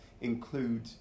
include